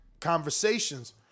conversations